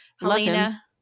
Helena